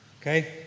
Okay